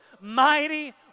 mighty